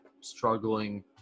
struggling